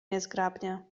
niezgrabnie